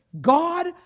God